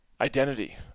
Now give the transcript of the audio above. identity